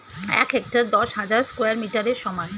এক হেক্টার দশ হাজার স্কয়ার মিটারের সমান